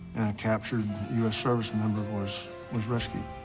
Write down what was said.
and a captured u s. service member was was rescued.